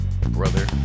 brother